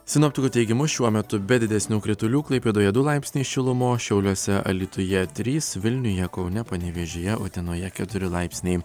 sinoptikų teigimu šiuo metu be didesnių kritulių klaipėdoje du laipsniai šilumos šiauliuose alytuje trys vilniuje kaune panevėžyje utenoje keturi laipsniai